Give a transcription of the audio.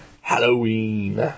Halloween